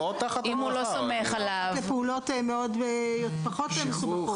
אם הוא לא סומך עליו ----- פעולות פחות מסובכות.